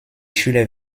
schüler